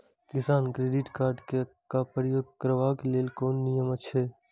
किसान credit card क प्रयोग करबाक लेल कोन नियम अछि?